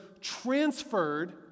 transferred